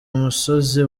umusozi